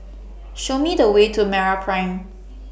Show Me The Way to Meraprime